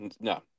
No